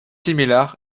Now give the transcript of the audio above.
similar